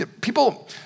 People